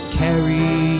carry